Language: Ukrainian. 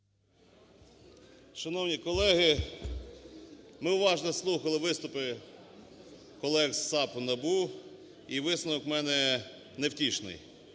Шановні колеги, ми уважно слухали виступи колег з САПу, НАБУ, і висновок в мене невтішний.